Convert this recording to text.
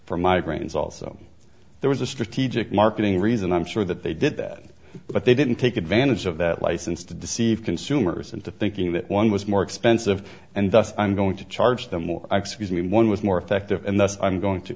for migraines also there was a strategic marketing reason i'm sure that they did that but they didn't take advantage of that license to deceive consumers into thinking that one was more expensive and thus i'm going to charge them more excuse me one with more effective and that's i'm going to